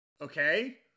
Okay